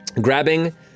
grabbing